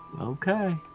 Okay